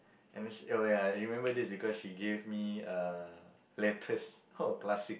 and oh ya I remember this because she gave me uh letters !huh! classic